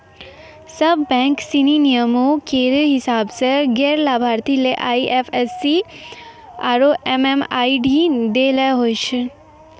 सब बैंक सिनी नियमो केरो हिसाब सें गैर लाभार्थी ले आई एफ सी आरु एम.एम.आई.डी दै ल होय छै